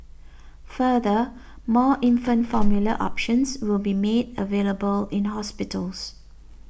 further more infant formula options will be me available in hospitals